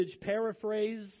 paraphrase